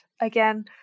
again